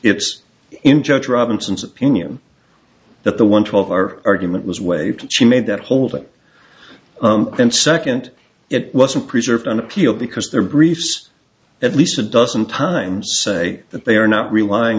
it's in judge robinson's opinion that the one twelve hour argument was waived she made that holder and second it wasn't preserved on appeal because the briefs at least a dozen times say that they are not relying